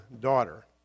daughter